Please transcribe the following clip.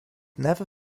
never